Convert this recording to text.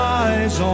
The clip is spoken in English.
eyes